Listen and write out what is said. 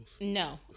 No